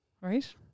Right